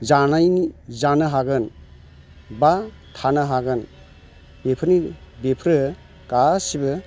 जानायनि जानो हागोन बा थानो हागोन बेफोरनि बेफोरो गासिबो